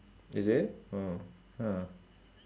is it oh !huh!